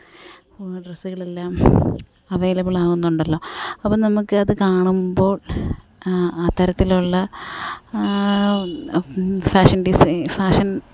ഡ്രസ്സ്കളെല്ലാം available ആവുന്നുണ്ടല്ലോ അപ്പം നമുക്ക് അത് കാണുമ്പോള് അത്തരത്തിലുള്ള ഫാഷന് ഡിസൈന് ഫാഷന്